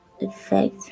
effect